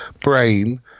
brain